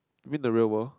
mean the real world